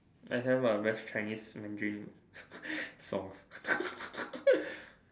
I have ah best Chinese Mandarin songs